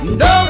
no